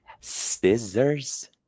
scissors